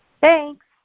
Thanks